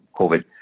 COVID